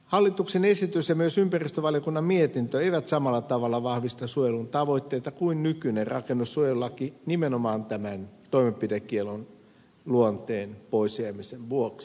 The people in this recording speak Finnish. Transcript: hallituksen esitys ja myöskään ympäristövaliokunnan mietintö eivät samalla tavalla vahvista suojelun tavoitteita kuin nykyinen rakennussuojelulaki nimenomaan tämän toimenpidekiellon luonteen pois jäämisen vuoksi